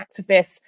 activists